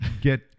get